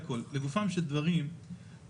לא הכול שונה, יש דברים ששונו ויש דברים שלא.